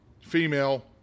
female